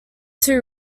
two